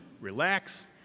relax